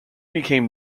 became